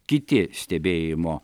kiti stebėjimo